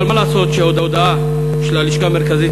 אבל מה לעשות שההודעה של הלשכה המרכזית